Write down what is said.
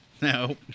No